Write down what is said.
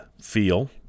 feel